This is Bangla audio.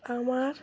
আমার